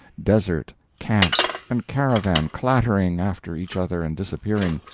desert, camp, and caravan clattering after each other and disappearing,